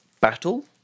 battle